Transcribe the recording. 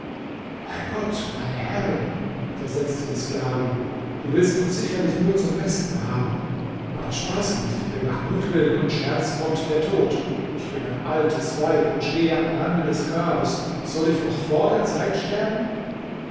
bei gott meine herrin versetzte die sklavin du willst uns sicherlich nur zum besten haben aber spaße nicht denn nach mutwillen und scherz kommt der tod ich bin ein altes weib und stehe am rande des grabes soll ich noch vor der zeit sterben